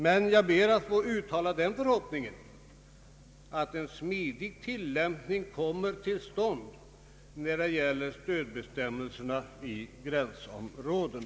Men jag ber, herr talman, att få uttala den förhoppningen att en smidig tilllämpning kommer till stånd när det gäller stödbestämmelserna i gränsområden.